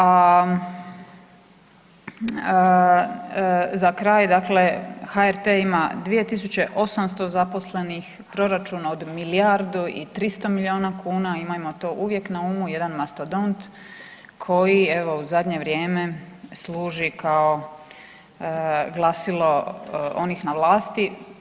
A za kraj dakle HRT ima 2800 zaposlenih, proračun od milijardu i 300 miliona kuna, imajmo to uvijek na umu jedan mastodont koji evo u zadnje vrijeme služi kao glasilo onih na vlasti.